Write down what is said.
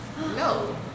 No